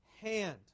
hand